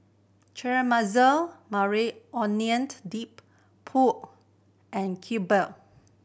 Caramelize Maui Onioned Dip Pho and Kimbap